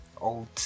old